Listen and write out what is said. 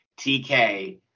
TK